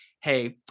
hey